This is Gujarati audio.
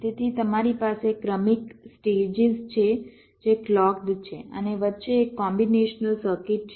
તેથી તમારી પાસે ક્રમિક સ્ટેજીસ છે જે ક્લૉક્ડ છે અને વચ્ચે એક કોમ્બીનેશનલ સર્કિટ છે